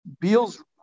Beal's